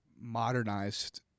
modernized